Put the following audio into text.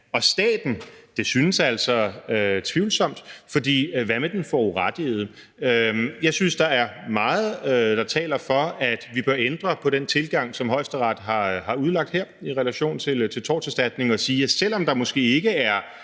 og staten, synes altså tvivlsomt, for hvad med den forurettede? Jeg synes, der er meget, der taler for, at vi bør ændre på den tilgang, som Højesteret har udlagt her i relation til torterstatning, og sige, at selv om der måske ikke er